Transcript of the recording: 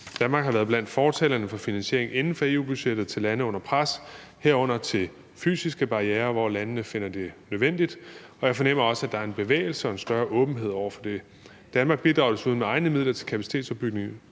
Danmark har været blandt fortalerne for en finansiering inden for EU-budgettet til lande under pres, herunder til fysiske barrierer, hvor landene finder det nødvendigt, og jeg fornemmer også, at der er en bevægelse og en større åbenhed over for det. Danmark bidrager desuden med egne midler til kapacitetsopbygning